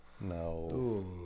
No